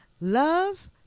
Love